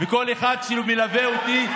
לכל אחד שמלווה אותי,